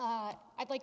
i'd like